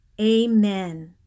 Amen